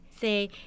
say